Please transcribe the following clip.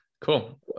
Cool